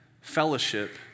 fellowship